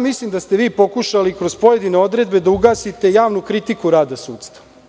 Mislim da ste pokušali kroz pojedine odredbe da ugasite javnu kritiku rada sudstva.